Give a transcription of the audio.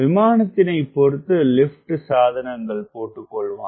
விமானத்தினைப் பொருத்து லிப்ட் சாதனங்கள் போட்டுக்கொள்வான்